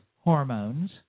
hormones